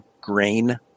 grain